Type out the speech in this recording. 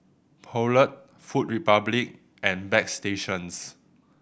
Poulet Food Republic and Bagstationz